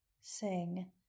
Sing